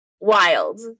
wild